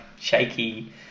shaky